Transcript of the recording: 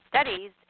studies